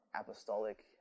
apostolic